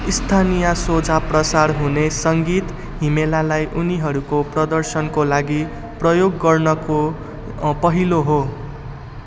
स्थानीय सोझो प्रसार हुने सङ्गीत हिम्मेलालाई उनीहरूको प्रदर्शनको लागि प्रयोग गर्नको अँ पहिलो हो